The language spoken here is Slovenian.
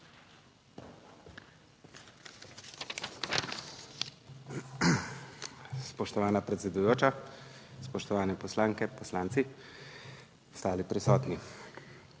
Spoštovana predsedujoča, spoštovane poslanke, poslanci, ostali prisotni!